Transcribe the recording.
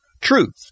Truth